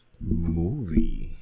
movie